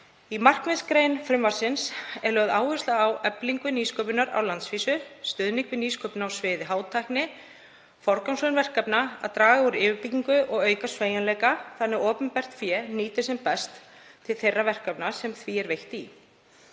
Í markmiðsgrein frumvarpsins er lögð áhersla á eflingu nýsköpunar á landsvísu, stuðning við nýsköpun á sviði hátækni, forgangsröðun verkefna, að draga úr yfirbyggingu og auka sveigjanleika þannig að opinbert fé nýtist sem best til þeirra verkefna sem það er veitt í.